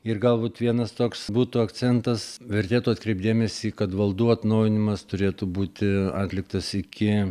ir galbūt vienas toks būtų akcentas vertėtų atkreipt dėmesį kad valdų atnaujinimas turėtų būti atliktas iki